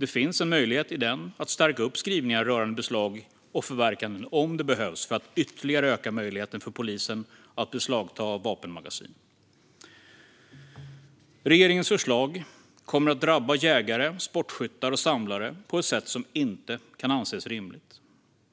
Det finns en möjlighet att stärka skrivningar rörande beslag och förverkanden om det behövs för att ytterligare öka möjligheten för polisen att beslagta vapenmagasin. Regeringens förslag kommer att drabba jägare, sportskyttar och samlare på ett sätt som inte kan anses rimligt.